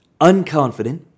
unconfident